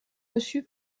reçu